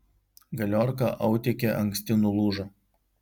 galiorka autike anksti nulūžo